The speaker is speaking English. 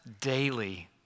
daily